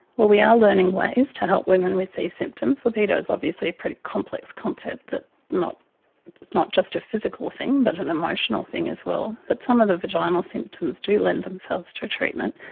well, we are learning ways to help women with these symptoms. libido is obviously a pretty complex concept that is not just a physical thing but an emotional thing as well. but some of the vaginal symptoms to lend themselves to treatment,